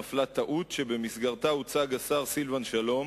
נפלה טעות שבמסגרתה הוצג השר סילבן שלום